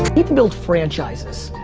we can build franchises.